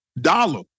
dollar